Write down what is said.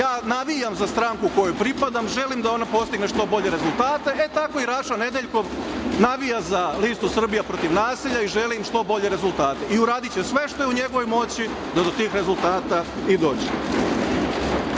navijam za stranku kojoj pripadam, želim da ona postigne što bolje rezultate, e tako i Raša Nedeljkov navija za listu „Srbija protiv nasilja“ i želi što bolje rezultate i uradiće sve što je u njegovoj moći da do tih rezultata i dođe.E